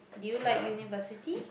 do you like University